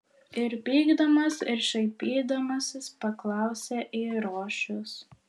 ir pykdamas ir šaipydamasis paklausė eirošius